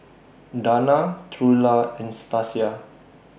Dana Trula and Stasia